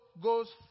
goes